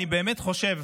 אני באמת חושב